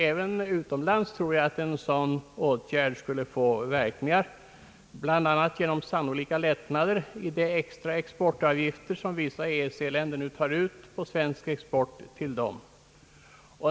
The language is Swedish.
Även utomlands tror jag att en sådan åtgärd skulle få verkningar, bl.a. genom sannolika lättnader i de extra exportavgifter som vissa EEC-länder nu tar ut på svensk export till dem.